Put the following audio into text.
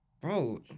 bro